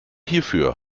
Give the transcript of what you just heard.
hierfür